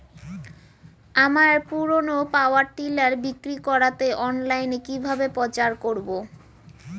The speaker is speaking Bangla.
আমার পুরনো পাওয়ার টিলার বিক্রি করাতে অনলাইনে কিভাবে প্রচার করব?